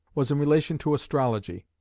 was in relation to astrology.